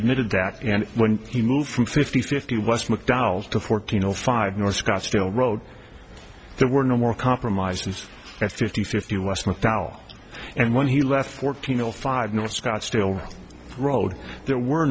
admitted that and when he moved from fifty fifty west mcdowell's to fourteen o five north scottsdale road there were no more compromises at fifty fifty west mcdowell and when he left fourteen o five north scottsdale road there were